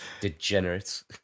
degenerates